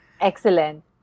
Excellent